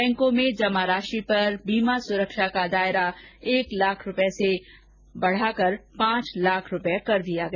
बैंकों में जमा राशि पर बीमा सुरक्षा का दायरा एक लाख रूपये से बढ़ाकर पांच लाख रूपये किया गया